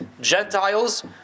Gentiles